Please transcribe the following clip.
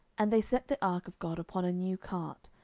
and they set the ark of god upon a new cart,